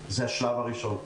זה השלב הראשון.